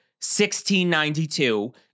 1692